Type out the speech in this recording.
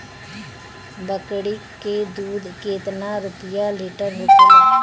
बकड़ी के दूध केतना रुपया लीटर होखेला?